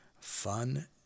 fun